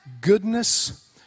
goodness